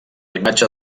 imatge